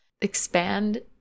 Expand